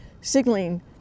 signaling